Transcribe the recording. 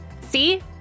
See